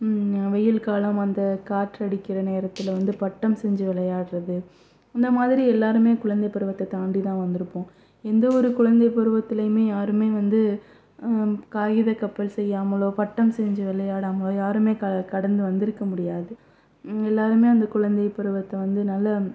வெயில் காலம் அந்த காற்று அடிக்கின்ற நேரத்தில வந்து பட்டம் செஞ்சு விளையாடுது அந்த மாதிரி எல்லோருமே குழந்தை பருவத்தை தாண்டி தான் வந்திருப்போம் எந்த ஒரு குழந்தை பருவத்திலுமே யாருமே வந்து காகித கப்பல் செய்யாமலோ பட்டம் செஞ்சு விளையாடாமலோ யாருமே கடந்து வந்து இருக்கற முடியாது எல்லோருமே அந்த குழந்தை பருவத்தை வந்து நல்ல